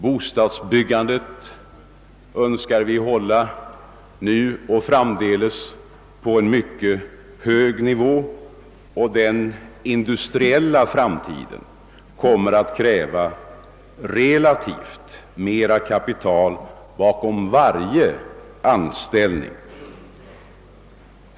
Bostadsbyggandet önskar vi — nu och framdeles — hålla på en mycket hög nivå, och den industriella framtiden kommer att kräva relativt mera kapital bakom varje anställd.